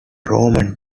roman